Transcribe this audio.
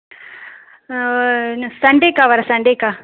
இன்னும் சண்டேக்கா வர சண்டேக்கா